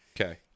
Okay